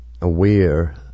aware